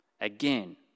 again